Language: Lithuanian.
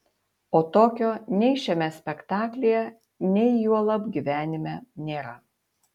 o tokio nei šiame spektaklyje nei juolab gyvenime nėra